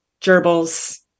gerbils